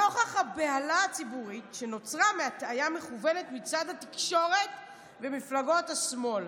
נוכח הבהלה הציבורית שנוצרה מהטעיה מכוונת מצד התקשורת ומפלגות השמאל,